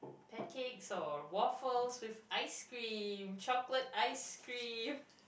pancakes or waffles with ice cream chocolate ice cream